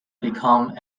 become